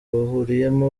bahuriyemo